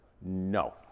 no